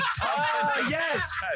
yes